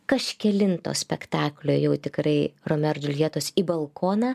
kažkelinto spektaklio jau tikrai romeo ir džiuljetos į balkoną